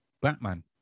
Batman